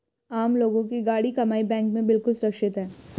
आम लोगों की गाढ़ी कमाई बैंक में बिल्कुल सुरक्षित है